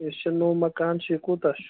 یُس یہِ نوٚو مکان چھُ یہِ کوٗتاہ چھُ